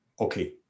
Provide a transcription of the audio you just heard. okay